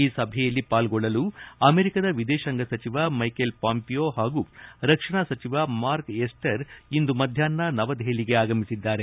ಈ ಸಭೆಯಲ್ಲಿ ಪಾಲ್ಗೊಳ್ಳಲು ಅಮೆರಿಕದ ವಿದೇಶಾಂಗ ಸಚಿವ ಮೈಕಲ್ ಪಾಂಪಿಯೊ ಹಾಗೂ ರಕ್ಷಣಾ ಸಚಿವ ಮಾರ್ಕ್ ಎಸ್ಪರ್ ಇಂದು ಮಧ್ಯಾಹ್ನ ನವದೆಹಲಿಗೆ ಆಗಮಿಸಿದ್ದಾರೆ